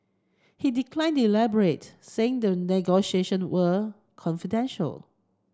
he declined to elaborate saying the negotiation were confidential